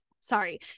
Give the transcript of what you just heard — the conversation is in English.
sorry